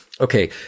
Okay